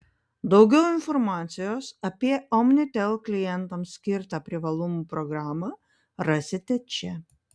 daugiau informacijos apie omnitel klientams skirtą privalumų programą rasite čia